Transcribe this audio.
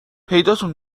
پیداتون